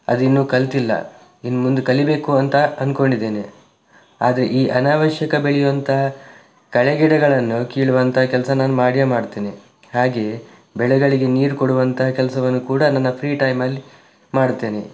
ಅದಿನ್ನೂ ಕಲಿತಿಲ್ಲ ಇನ್ನು ಮುಂದೆ ಕಲಿಯಬೇಕು ಅಂತ ಅಂದ್ಕೊಂಡಿದ್ದೇನೆ ಆದರೆ ಈ ಅನಾವಶ್ಯಕ ಬೆಳೆಯೋ ಅಂತಹ ಕಳೆ ಗಿಡಗಳನ್ನು ಕೀಳುವಂಥ ಕೆಲಸ ನಾನು ಮಾಡಿಯೇ ಮಾಡ್ತೇನೆ ಹಾಗೆಯೇ ಬೆಳೆಗಳಿಗೆ ನೀರು ಕೊಡುವಂಥ ಕೆಲಸವನ್ನು ಕೂಡ ನನ್ನ ಫ್ರೀ ಟೈಮಲ್ಲಿ ಮಾಡ್ತೇನೆ